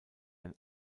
ein